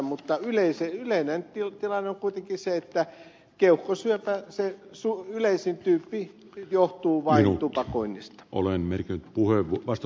mutta yleinen tilanne on kuitenkin se että keuhkosyövän yleisin tyyppi johtuu vain tupakoinnista olemme puhe vasta